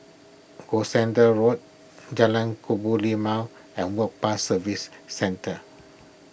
Gloucester Road Jalan Kebun Limau and Work Pass Services Centre